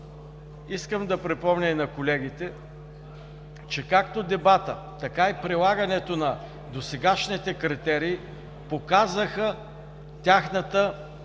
искам да припомня и на колегите, че както дебатът, така и прилагането на досегашните критерии показаха тяхната, образно